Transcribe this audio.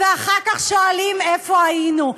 ואחר כך שואלים איפה היינו.